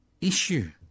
issue